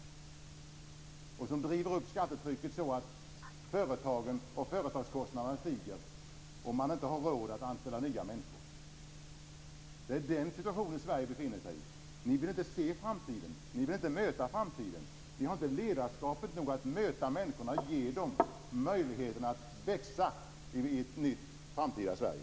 Skattetrycket drivs upp så att kostnaderna för företagen stiger så att de inte har råd att anställa nya människor. Det är den situationen som Sverige befinner sig i. Socialdemokraterna vill inte se framtiden och inte möta den. De har inte ledarskap nog att möta människorna och ge dem möjligheter att växa i ett nytt framtida Sverige.